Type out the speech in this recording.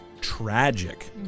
Tragic